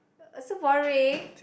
uh so boring